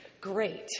great